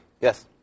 Yes